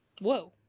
Whoa